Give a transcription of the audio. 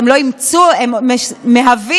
הם לא אימצו,